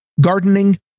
gardening